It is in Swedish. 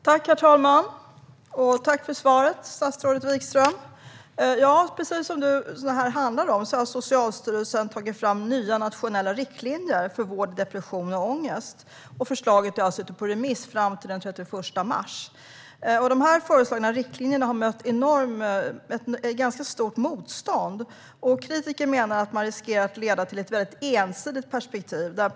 Herr talman! Tack för svaret, statsrådet Wikström! Det här handlar alltså om att Socialstyrelsen har tagit fram nya nationella riktlinjer för vård av depression och ångest. Förslaget är ute på remiss fram till den 31 mars. De föreslagna riktlinjerna har mött ett ganska stort motstånd. Kritiker menar att de riskerar att leda till ett ensidigt perspektiv.